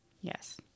Yes